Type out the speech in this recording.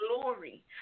glory